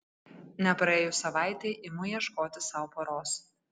nepraėjus savaitei imu ieškoti sau poros